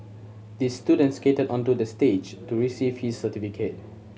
the student skated onto the stage to receive his certificate